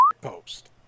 post